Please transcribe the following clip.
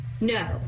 No